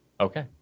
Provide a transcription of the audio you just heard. okay